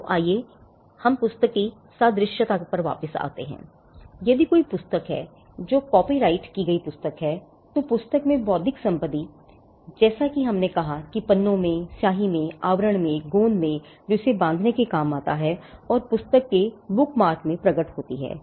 तो आइए हम पुस्तक की सादृश्यता में प्रकट होती है